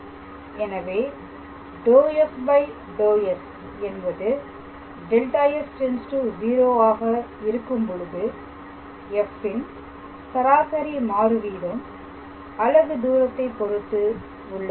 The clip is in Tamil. எனவே ∂f∂s என்பது δs → 0 ஆக இருக்கும்பொழுது f ன் சராசரி மாறு வீதம் அலகு தூரத்தைப் பொறுத்து உள்ளது